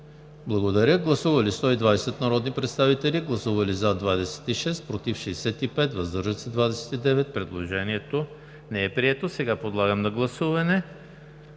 Найденова. Гласували 120 народни представители: за 26, против 65, въздържали се 29. Предложението не е прието. Сега подлагам на гласуване